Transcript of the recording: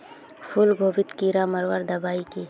फूलगोभीत कीड़ा मारवार दबाई की?